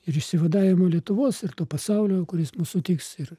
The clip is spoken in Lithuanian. ir išsivadavimo lietuvos ir to pasaulio kuris mus sutiks ir